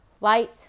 light